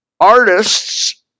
Artists